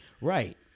Right